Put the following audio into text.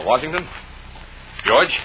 washington george